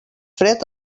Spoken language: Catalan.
fred